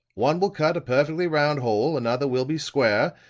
one will cut a perfectly round hole, another will be square,